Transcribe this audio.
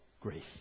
Grace